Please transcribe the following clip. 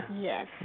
Yes